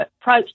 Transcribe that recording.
approach